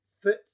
foot